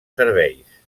serveis